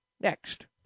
next